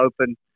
open